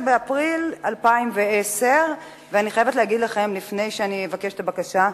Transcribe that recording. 29 באפריל 2010. לפני שאבקש את הבקשה,